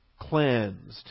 cleansed